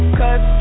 cause